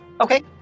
Okay